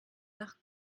nach